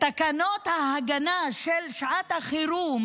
בתקנות ההגנה לשעת החירום